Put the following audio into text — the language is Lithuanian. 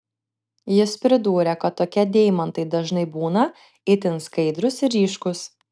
jis pridūrė kad tokie deimantai dažnai būna itin skaidrūs ir ryškūs